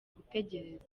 gutegereza